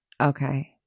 Okay